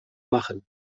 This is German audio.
machen